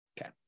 Okay